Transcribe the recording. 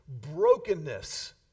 brokenness